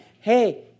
Hey